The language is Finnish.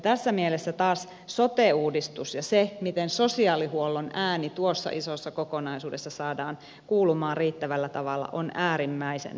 tässä mielessä taas sote uudistus ja se miten sosiaalihuollon ääni tuossa isossa kokonaisuudessa saadaan kuulumaan riittävällä tavalla on äärimmäisen tärkeää